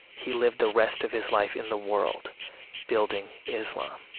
he lived the rest of his life in the world building islam.